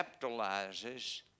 capitalizes